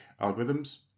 algorithms